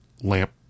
lamp